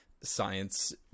science